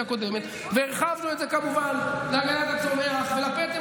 הקודמת והרחבנו את זה כמובן להגנת הצומח ולפטם.